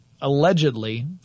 allegedly